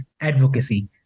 advocacy